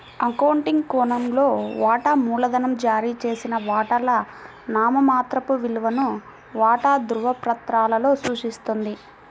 accounting కోణంలో, వాటా మూలధనం జారీ చేసిన వాటాల నామమాత్రపు విలువను వాటా ధృవపత్రాలలో సూచిస్తుంది